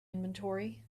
inventory